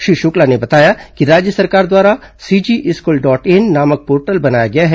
श्री शुक्ला ने बताया कि राज्य सरकार द्वारा सीजी स्कूल डॉट इन नामक पोर्टल बनाया गया है